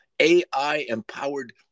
AI-empowered